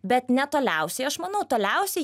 bet ne toliausiai aš manau toliausiai